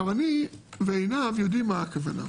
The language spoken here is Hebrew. אני ועינב יודעים מה הכוונה,